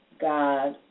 God